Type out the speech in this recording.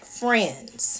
friends